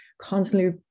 constantly